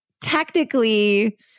technically